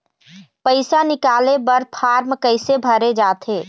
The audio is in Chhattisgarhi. पैसा निकाले बर फार्म कैसे भरे जाथे?